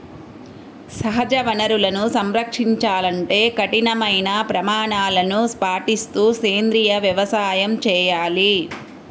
సహజ వనరులను సంరక్షించాలంటే కఠినమైన ప్రమాణాలను పాటిస్తూ సేంద్రీయ వ్యవసాయం చేయాలి